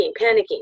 panicking